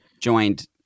joined